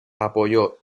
apoyó